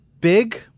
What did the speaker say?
big